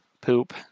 poop